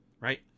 right